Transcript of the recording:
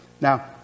now